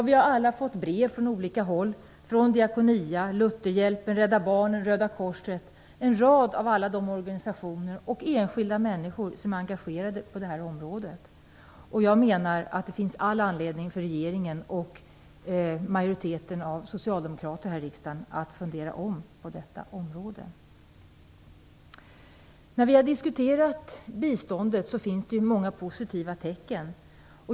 Vi har alla fått brev från olika håll, från Diakonia, Lutherhjälpen, Rädda Barnen, Röda korset, en rad organisationer och enskilda människor som är engagerade på det här området. Det finns all anledning för regeringen och majoriteten av socialdemokraterna här i riksdagen att tänka om på detta område. När man diskuterar biståndet märker man att det finns många positiva tecken.